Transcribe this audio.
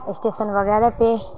station وغیرہ پہ